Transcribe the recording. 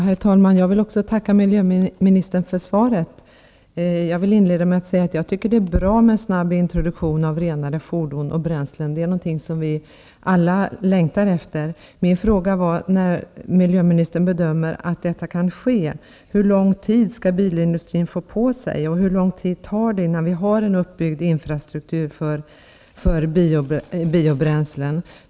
Herr talman! Också jag vill tacka miljöministern för svaret. Det är bra med en snabb introduktion av renare fordon och bränslen, något som vi alla längtar efter. Jag undrade när miljöministern bedömer att detta kan ske. Hur lång tid skall bilindustrin få på sig? Hur lång tid tar det innan vi har en uppbyggd infrastruktur för biobränslen?